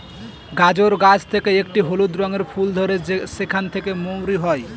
গাজর গাছ থেকে একটি হলুদ রঙের ফুল ধরে সেখান থেকে মৌরি হয়